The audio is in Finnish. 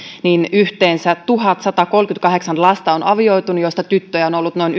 niin on avioitunut yhteensä tuhatsatakolmekymmentäkahdeksan lasta joista tyttöjä on ollut noin